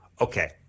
okay